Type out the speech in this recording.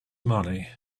money